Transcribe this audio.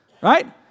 right